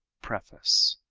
preface.